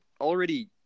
already